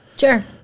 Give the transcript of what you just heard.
Sure